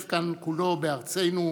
בלי אופוזיציה אין דמוקרטיה.